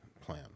plan